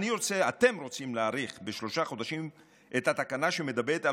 אתם רוצים להאריך בשלושה חודשים את התקנה שמדברת על